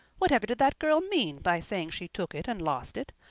whatever did that girl mean by saying she took it and lost it?